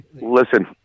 Listen